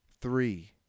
three